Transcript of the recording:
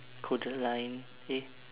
kodaline eh